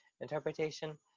interpretation